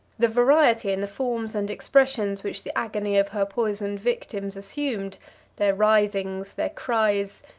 the variety in the forms and expressions which the agony of her poisoned victims assumed their writhings, their cries,